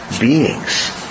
beings